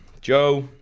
Joe